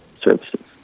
services